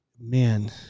man